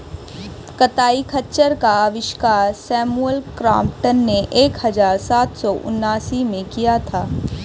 कताई खच्चर का आविष्कार सैमुअल क्रॉम्पटन ने एक हज़ार सात सौ उनासी में किया था